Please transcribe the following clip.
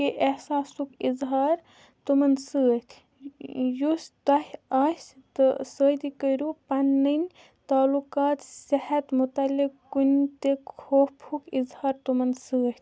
کہِ احساسُک اِظہار تِمن سٍتۍ یُس تۅہہِ آسہِ تہٕ سۭتی کرِو پنٕنۍ تعالقات صحت متعلق کُنہِ تہِ خوفُک اِظہار تِمن سٍتۍ